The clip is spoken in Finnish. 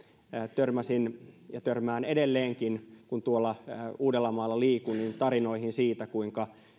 törmäsin ja törmään edelleenkin kun tuolla uudellamaalla liikun tarinoihin siitä kuinka